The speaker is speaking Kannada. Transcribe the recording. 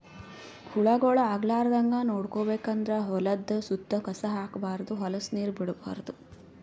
ಹುಳಗೊಳ್ ಆಗಲಾರದಂಗ್ ನೋಡ್ಕೋಬೇಕ್ ಅಂದ್ರ ಹೊಲದ್ದ್ ಸುತ್ತ ಕಸ ಹಾಕ್ಬಾರ್ದ್ ಹೊಲಸ್ ನೀರ್ ಬಿಡ್ಬಾರ್ದ್